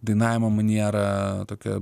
dainavimo maniera tokia